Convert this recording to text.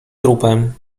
trupem